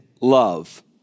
love